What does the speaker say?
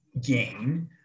gain